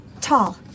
tall